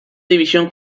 división